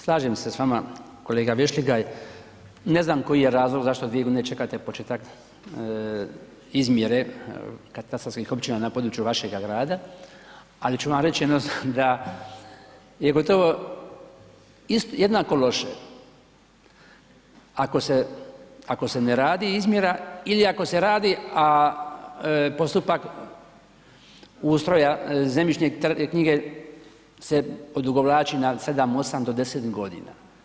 Slažem se s vama kolega Vešligaj, ne znam koji je razlog zašto vi ne čekate početak izmjere katastarskih općina na području vašega grada, ali ću vam reći da je gotovo jednako loše, ako se ne radi izmjera ili ako se radi, a postupak ustroja zemljišne knjige se odugovlači na 7, 8 do 10 godina.